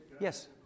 yes